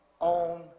own